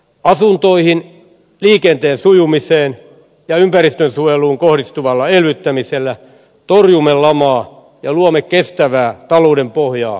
asuntoihin liikenteen sujumiseen ja ympäristönsuojeluun kohdistuvalla elvyttämisellä torjumme lamaa ja luomme kestävää talouden pohjaa tulevaisuudelle